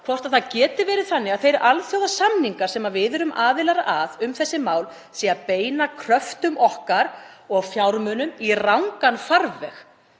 hvort það geti verið þannig að þeir alþjóðasamningar sem við erum aðilar að um þessi mál séu að beina kröftum okkar og fjármunum í rangan farveg.